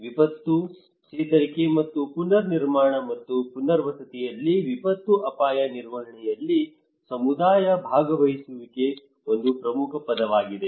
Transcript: ವಿಪತ್ತು ಚೇತರಿಕೆ ಮತ್ತು ಪುನರ್ನಿರ್ಮಾಣ ಮತ್ತು ಪುನರ್ವಸತಿಯಲ್ಲಿ ವಿಪತ್ತು ಅಪಾಯ ನಿರ್ವಹಣೆಯಲ್ಲಿ ಸಮುದಾಯ ಭಾಗವಹಿಸುವಿಕೆ ಒಂದು ಪ್ರಮುಖ ಪದವಾಗಿದೆ